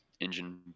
engine